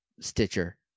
Stitcher